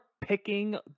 picking